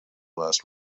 last